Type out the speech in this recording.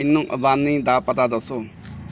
ਮੈਨੂੰ ਅੰਬਾਨੀ ਦਾ ਪਤਾ ਦੱਸੋ